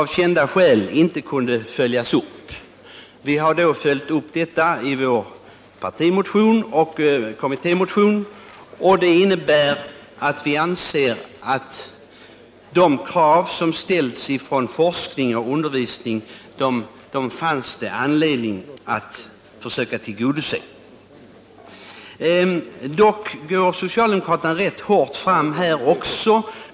Vi har framfört dem i vår partimotion som innebär att man bör försöka tillgodose de krav som ställs från forskning och undervisning. Socialdemokraterna går rätt hårt fram här också.